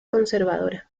conservadora